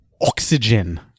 Oxygen